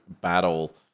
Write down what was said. battle